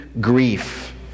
grief